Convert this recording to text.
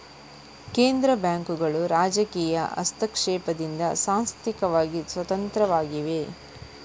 ಕೇಂದ್ರ ಬ್ಯಾಂಕುಗಳು ರಾಜಕೀಯ ಹಸ್ತಕ್ಷೇಪದಿಂದ ಸಾಂಸ್ಥಿಕವಾಗಿ ಸ್ವತಂತ್ರವಾಗಿವೆ